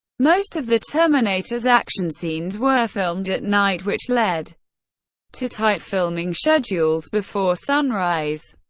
most of the terminators action scenes were filmed at night, which led to tight filming schedules before sunrise.